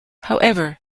however